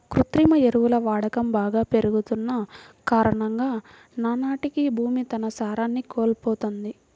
కృత్రిమ ఎరువుల వాడకం బాగా పెరిగిపోతన్న కారణంగా నానాటికీ భూమి తన సారాన్ని కోల్పోతంది